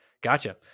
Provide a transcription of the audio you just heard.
Gotcha